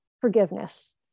forgiveness